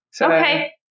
Okay